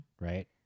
Right